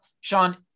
Sean